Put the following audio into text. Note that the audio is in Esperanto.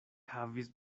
havis